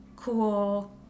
cool